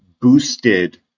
boosted